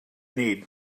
need